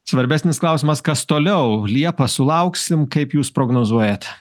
svarbesnis klausimas kas toliau liepą sulauksim kaip jūs prognozuojat